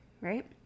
right